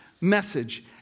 message